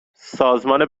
سازمان